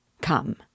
Come